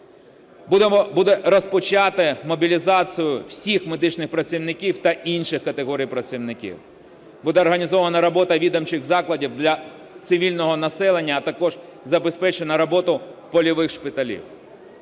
Буде розпочато мобілізацію всіх медичних працівників та інших категорій працівників. Буде організовано роботу відомчих закладів для цивільного населення, а також забезпечено роботу польових шпиталів.